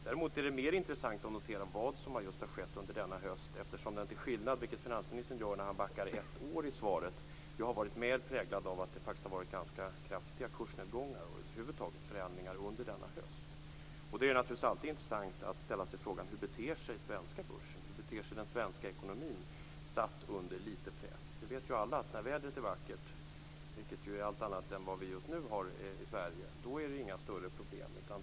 Däremot är det mer intressant att notera vad som just har skett under denna höst, vilket finansministern gör när han backar ett år i svaret, eftersom den mer varit präglad av att det faktiskt har varit ganska kraftiga kursnedgångar och över huvud taget förändringar under denna höst. Det är naturligtvis alltid intressant att ställa frågan: Hur beter sig den svenska börsen och den svenska ekonomin satt under lite press? Det vet ju alla att när vädret är vackert, vilket är allt annat än vad vi just nu har i Sverige, är det inga större problem.